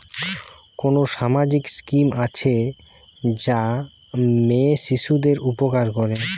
কোন সামাজিক স্কিম আছে যা মেয়ে শিশুদের উপকার করে?